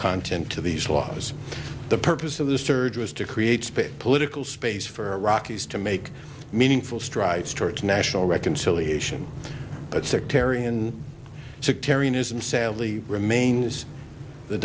content to these laws the purpose of the surge was to create political space for iraqis to make meaningful strides towards national reconciliation sectarian to karina's and sadly remains the